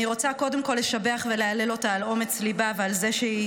אני רוצה קודם כול לשבח ולהלל אותה על אומץ ליבה ועל זה שהיא